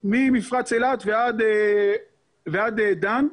ממפרץ אילת ועד דן,